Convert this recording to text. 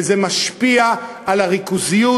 וזה משפיע על הריכוזיות,